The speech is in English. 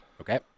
Okay